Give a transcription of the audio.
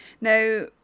Now